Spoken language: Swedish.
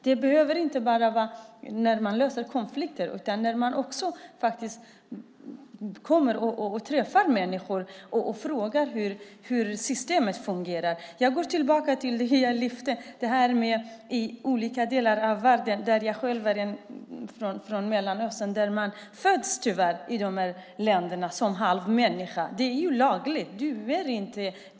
Det behöver inte bara vara när man löser konflikter utan också när man kommer och träffar människor och frågar hur systemet fungerar. Jag går tillbaka till det jag tidigare lyfte fram om olika delar i världen. Jag själv är från Mellanöstern. I de länderna föds man som kvinna tyvärr som halv människa. Det är lagligt.